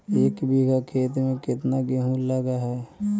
एक बिघा खेत में केतना गेहूं लग है?